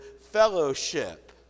fellowship